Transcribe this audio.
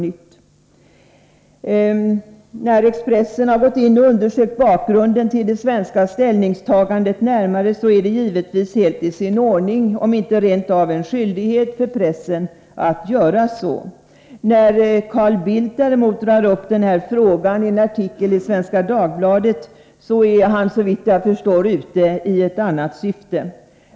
Att Expressen har gått in och närmare undersökt bakgrunden till det svenska ställningstagandet är givetvis helt i sin ordning — om det inte rent av är en skyldighet för pressen att göra detta. När Carl Bildt däremot drar upp den här frågan i en artikel i Svenska Dagbladet är han, såvitt jag förstår, ute i ett annat syfte.